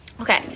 okay